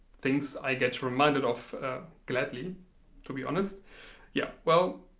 things i get reminded of gladly to be honest yeah well.